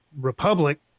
Republic